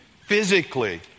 physically